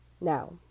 Now